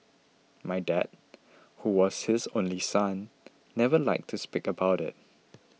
my dad who was his only son never liked to speak about it